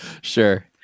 Sure